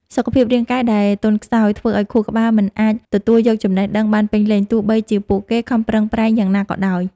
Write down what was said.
សុខភាពរាងកាយដែលទន់ខ្សោយ ធ្វើឱ្យខួរក្បាលមិនអាចទទួលយកចំណេះដឹងបានពេញលេញ ទោះបីជាពួកគេខំប្រឹងប្រែងយ៉ាងណាក៏ដោយ។